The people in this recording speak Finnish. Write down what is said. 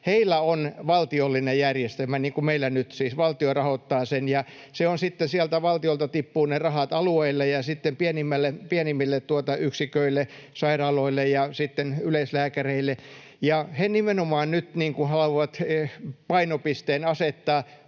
heillä on valtiollinen järjestelmä niin kuin meillä nyt. Siis valtio rahoittaa sen. Sitten sieltä valtiolta tippuvat ne rahat alueille ja sitten pienimmille yksiköille, sairaaloille, ja sitten yleislääkäreille. He nimenomaan nyt haluavat asettaa